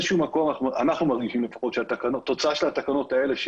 אנחנו מרגישים שהתוצאה של התקנות האלה,